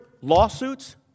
lawsuits